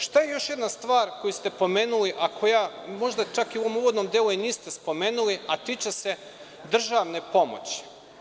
Šta je još jedna stvar koju ste pomenuli, a koja, možda čak u ovom uvodnom delu i niste spomenuli, a tiče se državne pomoći.